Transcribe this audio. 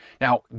Now